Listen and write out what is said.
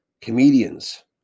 Comedians